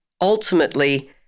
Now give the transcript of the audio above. ultimately